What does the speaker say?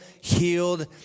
healed